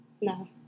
no